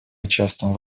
участвуем